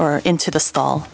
or into the stall